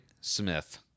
Smith